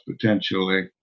potentially